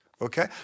Okay